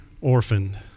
orphaned